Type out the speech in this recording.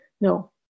no